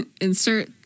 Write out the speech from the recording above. insert